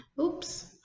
Oops